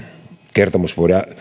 kertomusvuoden